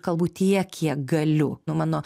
galbūt tiek kiek galiu nu mano